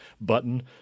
button